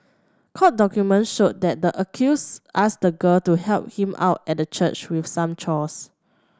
court document showed that the accused asked the girl to help him out at the church with some chores